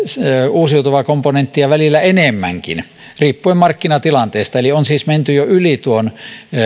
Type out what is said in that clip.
uusiutuvaa komponenttia välillä enemmänkin riippuen markkinatilanteesta eli on siis menty jo yli tuon